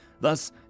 Thus